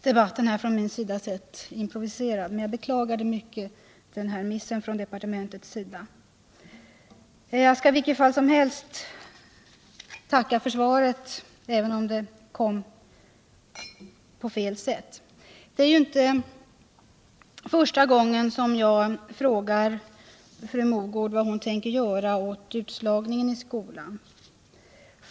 Debatten från min sida blir nu improviserad, och jag beklagar 16 maj 1978 mycket denna departementets miss. Jag tackar emellertid för svaret, även om det kom på fel sätt. Det är inte första gången jag frågar fru Mogård vad hon tänker göra åt utslagningen i skolan.